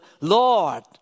Lord